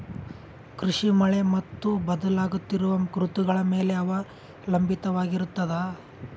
ಕೃಷಿ ಮಳೆ ಮತ್ತು ಬದಲಾಗುತ್ತಿರುವ ಋತುಗಳ ಮೇಲೆ ಅವಲಂಬಿತವಾಗಿರತದ